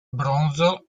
bronzo